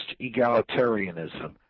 egalitarianism